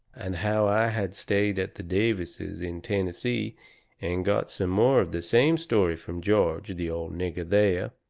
and how i had stayed at the davises in tennessee and got some more of the same story from george, the old nigger there.